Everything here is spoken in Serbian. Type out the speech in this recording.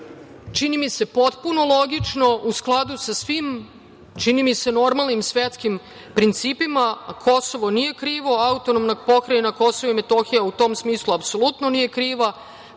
čini mi se, potpuno logično u skladu sa svim, čini mi se, normalnim svetskim principima. Kosovo nije krivo. Autonomna pokrajina Kosovo i Metohija u tom smislu apsolutno nije kriva.